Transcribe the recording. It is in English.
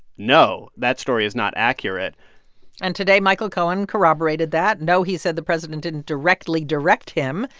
no. that story is not accurate and today michael cohen corroborated that. no, he said, the president didn't directly direct him.